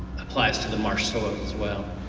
applies to the marsh soil as well.